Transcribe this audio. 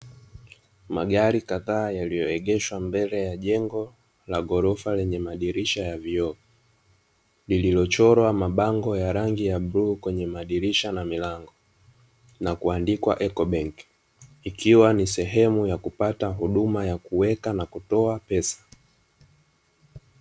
Magari kadhaa yaliyoegeshwa mbele ya jengo la ghorofa lenye madirisha ya vioo, liliochorwa mabango ya rangi ya bluu kwenye madirisha na milango na kuandikwa ¨Ecobank¨, ikiwa ni sehemu ya kupata huduma ya kuweka na kutoa pesa.